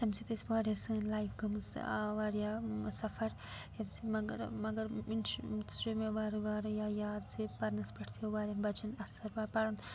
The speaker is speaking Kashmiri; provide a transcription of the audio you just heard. تَمہِ سۭتۍ ٲسۍ واریاہ سٲنۍ لایف گٔمٕژ واریاہ سَفر ییٚمہِ سۭتۍ مگر مگر چھُ مےٚ وارٕ واریاہ یاد زِ پَرنَس پٮ۪ٹھ پیوٚو واریاہ بَچَن اَثر پَرُن